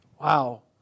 Wow